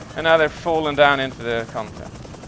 and now they're falling down into the content.